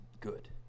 good